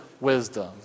wisdom